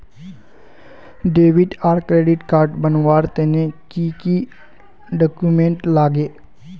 Debit आर credit card बनवार तने की की डॉक्यूमेंट लागे?